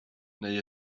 neu